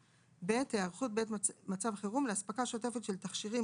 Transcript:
(ב)היערכות בעת מצב חירום לאספקה שוטפת של תכשירים,